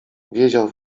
wiedział